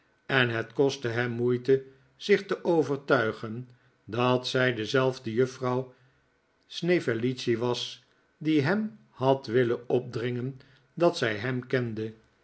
en het kostte hem moeite zich te overtuigen dat zij dezelfde juffrouw snevellicci was die hem had willen opdringen dat zij hem kende